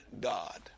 God